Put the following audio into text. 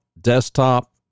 desktop